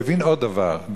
והוא הבין עוד דבר,